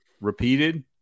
repeated